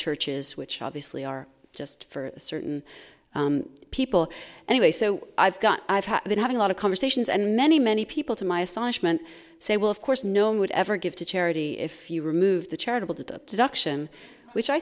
churches which obviously are just for certain people anyway so i've got i've been having a lot of conversations and many many people to my astonishment say well of course no one would ever give to charity if you remove the charitable to auction which i